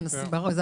ברור שזה